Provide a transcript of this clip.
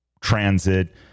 transit